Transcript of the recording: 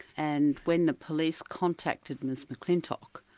and when the police contacted ms mcclintock,